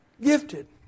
gifted